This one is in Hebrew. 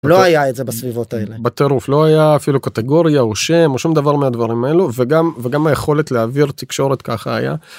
לא היה את זה בסביבות האלה. בטרוף לא היה אפילו קטגוריה או שם או שום דבר מהדברים האלו וגם וגם היכולת להעביר תקשורת ככה היה.